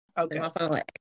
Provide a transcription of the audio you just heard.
okay